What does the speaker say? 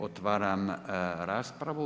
Otvaram raspravu.